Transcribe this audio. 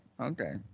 okay